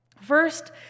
First